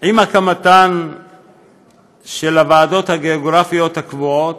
עם הקמת הוועדות הגיאוגרפיות הקבועות,